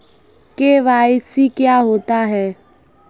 KYC क्या होता है?